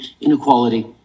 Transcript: inequality